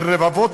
בין רבבות